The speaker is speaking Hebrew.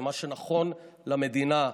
זה מה שנכון למדינה,